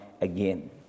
again